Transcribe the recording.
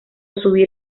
subir